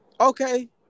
Okay